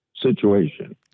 situation